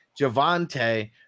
Javante